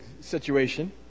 situation